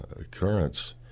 occurrence